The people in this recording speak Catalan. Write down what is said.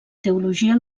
teologia